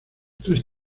tres